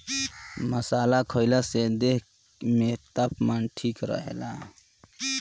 मसाला खईला से देह में तापमान ठीक रहेला